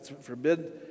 forbid